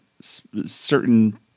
certain